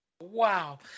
Wow